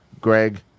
Greg